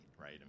right